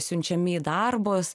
siunčiami į darbus